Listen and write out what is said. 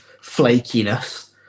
flakiness